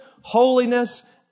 holiness